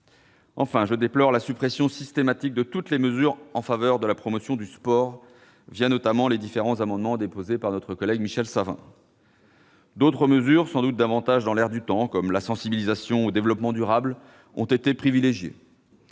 Enfin, je déplore la suppression systématique de toutes les avancées en faveur de la promotion du sport, portées, notamment, par les différents amendements déposés par Michel Savin. D'autres mesures, sans doute davantage dans l'air du temps, comme la sensibilisation au développement durable, ont été privilégiées.